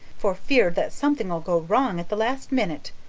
for fear that something'll go wrong at the last minute.